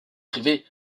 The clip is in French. privée